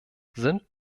sind